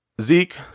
Zeke